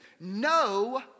No